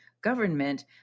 government